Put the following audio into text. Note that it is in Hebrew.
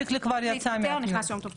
שיקלי התפטר ונכנס יום טוב כלפון.